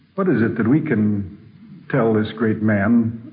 what is it that we can tell this great man,